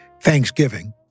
Thanksgiving